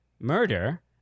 murder